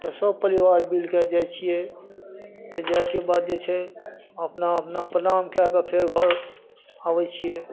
तऽ सब परिवार मिलके जाइ छियै तऽ जाइके बाद जे छै अपना अपना प्रणाम कए कऽ फेर घर आबै छियै